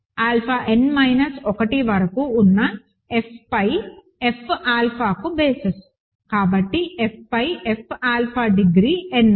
alpha n minus 1 వరకు ఉన్న F పై F ఆల్ఫాకి బేసిస్ కాబట్టి F పై F ఆల్ఫా డిగ్రీ n